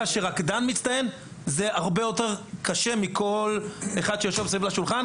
שרקדן מצטיין זה הרבה יותר קשה מכל מה שעומד בפני כל מי שיושב כאן.